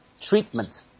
treatment